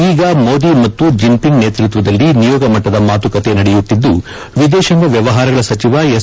ಈಗ ಮೋದಿ ಮತ್ತು ಜಿನ್ಪಿಂಗ್ ನೇತೃಕ್ಷದಲ್ಲಿ ನಿಯೋಗ ಮಟ್ಟದ ಮಾತುಕತೆ ನಡೆಯುತ್ತಿದ್ದು ವಿದೇಶಾಂಗ ವ್ನವಹಾರಗಳ ಸಚಿವ ಎಸ್